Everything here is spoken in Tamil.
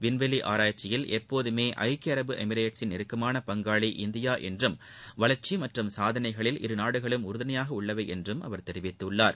விண்வெளி ஆராய்ச்சியில் எப்போதுமே ஐக்கிய அரசு எமிரேட்சின் நெருக்கமான பங்காளி இந்தியா என்றும் வளர்ச்சி மற்றும் சாதனைகளில் இருநாடுகளும் உறுதுணையாக உள்ளவை என்றும் அவர் தெரிவித்துள்ளார்